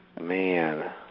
Man